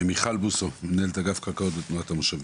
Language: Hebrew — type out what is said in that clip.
מיכל בוסל, מנהלת אגף קרקעות בתנועת המושבים.